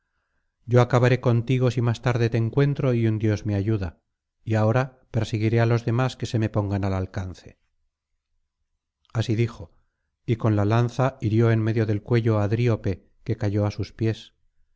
yo acabaré contigo si más tarde te encuentro y un dios me ayuda y ahora perseguiré á los demás que se me pongan al alcance así dijo y con la lanza hirió en medio del cuello á dríope que cayó á sus pies